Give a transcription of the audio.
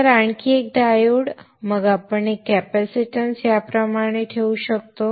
नंतर आणखी एक डायोड मग आपण कॅपेसिटन्स याप्रमाणे ठेवू शकतो